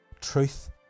Truth